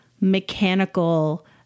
mechanical